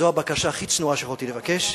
זו הבקשה הכי צנועה שיכולתי לבקש.